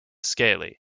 scaly